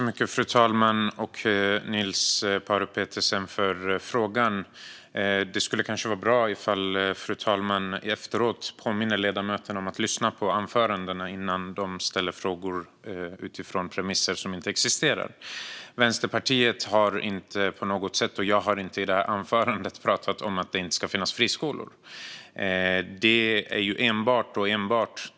Fru talman! Jag tackar Niels Paarup-Petersen för frågan. Men det skulle kanske vara bra ifall fru talmannen efteråt påminde ledamöterna om att lyssna på anförandena innan de ställer frågor utifrån premisser som inte existerar. Vänsterpartiet har inte pratat om att det inte ska finnas friskolor, och jag har inte heller gjort det i det här anförandet.